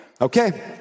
Okay